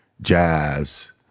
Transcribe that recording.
jazz